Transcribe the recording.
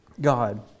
God